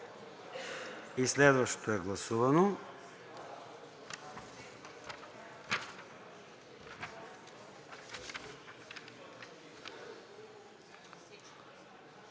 И следващото е гласувано.